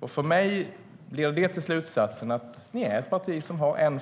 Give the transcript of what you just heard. För mig leder det till slutsatsen att ni är ett parti som har en